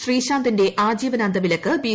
ശ്രീശാന്തിന്റെ ആജീവനാന്ത വിലക്ക് ബി